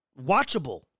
watchable